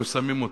והיו שמים אותו,